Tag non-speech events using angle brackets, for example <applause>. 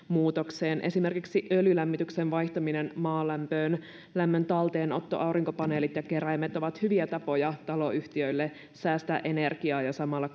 <unintelligible> muutokseen esimerkiksi öljylämmityksen vaihtaminen maalämpöön lämmön talteenotto aurinkopaneelit ja keräimet ovat hyviä tapoja taloyhtiöille säästää energiaa ja samalla <unintelligible>